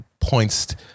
points